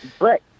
right